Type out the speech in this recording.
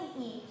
eat